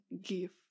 give